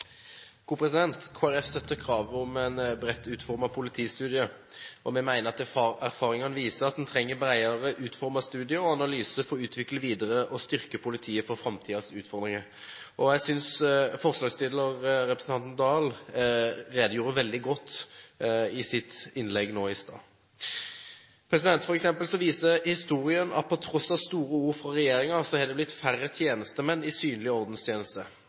støtter kravet om en bredt utformet politistudie, og vi mener at erfaringene viser at en trenger bredere utformede studier og analyser for å videreutvikle og styrke politiet for framtidens utfordringer. Jeg synes forslagsstiller representanten Dahl redegjorde veldig godt i sitt innlegg i stad. For eksempel viser historien at til tross for store ord fra regjeringen har det blitt færre tjenestemenn i synlig ordenstjeneste.